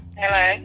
hello